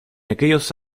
aquellos